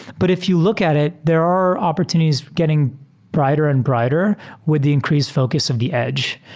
but if you look at it, there are opportunities getting brighter and brighter with the increased focus of the edge,